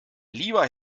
lieber